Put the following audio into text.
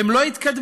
הם לא התקדמו.